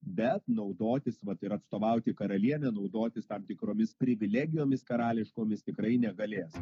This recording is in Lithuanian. bet naudotis vat ir atstovauti karalienę naudotis tam tikromis privilegijomis karališkomis tikrai negalės